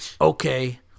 okay